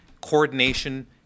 coordination